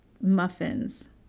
muffins